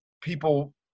people